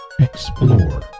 Explore